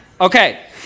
Okay